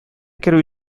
керү